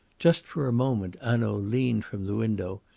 just for a moment hanaud leaned from the window,